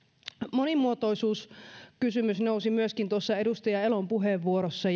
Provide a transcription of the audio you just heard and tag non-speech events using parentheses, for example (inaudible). monimuotoisuuskysymys nousi myöskin tuossa edustaja elon puheenvuorossa (unintelligible)